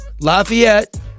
Lafayette